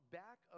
back